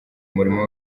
murimo